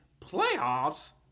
playoffs